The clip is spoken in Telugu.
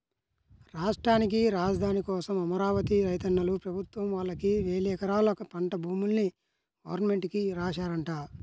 రాష్ట్రానికి రాజధాని కోసం అమరావతి రైతన్నలు ప్రభుత్వం వాళ్ళకి వేలెకరాల పంట భూముల్ని గవర్నమెంట్ కి రాశారంట